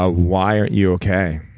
ah why aren't you okay?